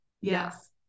Yes